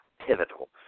pivotal